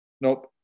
Nope